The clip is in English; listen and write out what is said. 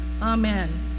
Amen